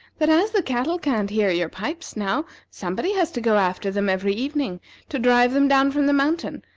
that as the cattle can't hear your pipes now, somebody has to go after them every evening to drive them down from the mountain,